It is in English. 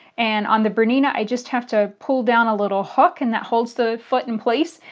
and on the bernina i just have to pull down a little hook and that holds the foot in place.